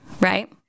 right